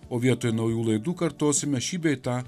o vietoj naujų laidų kartosime šį bei tą